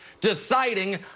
deciding